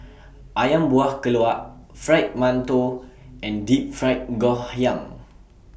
Ayam Buah Keluak Fried mantou and Deep Fried Ngoh Hiang